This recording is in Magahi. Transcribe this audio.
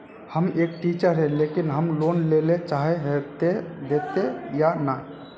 हम एक टीचर है लेकिन हम लोन लेले चाहे है ते देते या नय?